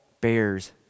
bears